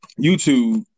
YouTube